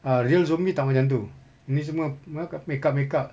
uh real zombie tak macam tu ini semua ah makeup makeup